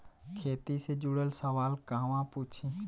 खेती से जुड़ल सवाल कहवा पूछी?